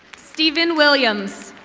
steven william,